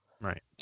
Right